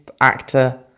actor